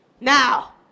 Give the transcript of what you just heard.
Now